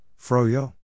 Froyo